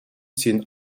ziehen